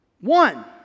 One